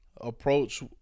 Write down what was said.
approach